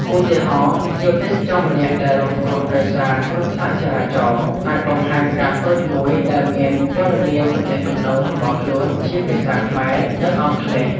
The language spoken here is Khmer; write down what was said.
ឧទាហរណ៍ ភ្ញៀវទេសចរម្នាក់ដែលរងគ្រោះដោយសារគ្រោះថ្នាក់ចរាចរណ៍អាចបង្ហាញកាតតូចមួយដែលមានព័ត៌មានទំនាក់ទំនងរបស់ខ្លួនជាភាសាខ្មែរ និងអង់គ្លេស។